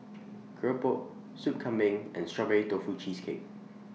Keropok Soup Kambing and Strawberry Tofu Cheesecake